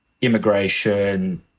immigration